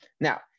Now